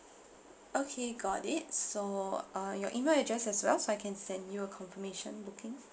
okay got it so uh your email address as well so I can send you a confirmation booking